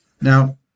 Now